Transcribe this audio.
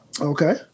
Okay